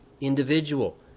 individual